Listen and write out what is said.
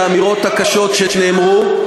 והאמירות הקשות שנאמרו.